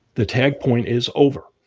the tag point is over